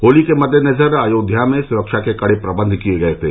होली के मद्देनजर अयोध्या में सुरक्षा के कड़े प्रबंध किए गये थे